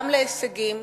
גם להישגים,